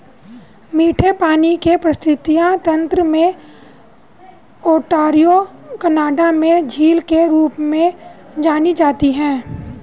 मीठे पानी का पारिस्थितिकी तंत्र में ओंटारियो कनाडा में झील के रूप में जानी जाती है